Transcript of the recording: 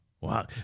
Wow